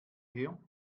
her